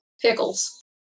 Pickles